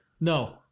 No